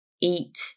eat